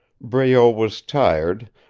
breault was tired,